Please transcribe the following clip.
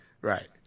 Right